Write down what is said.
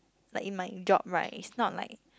like in my job right is not like